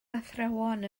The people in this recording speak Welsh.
athrawon